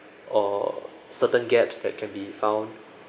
or certain gaps that can be found